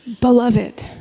beloved